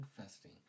fasting